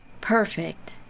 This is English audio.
Perfect